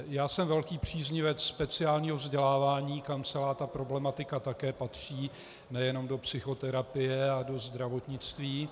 Já jsem velký příznivec speciálního vzdělávání, kam celá ta problematika také patří, nejenom do psychoterapie a do zdravotnictví.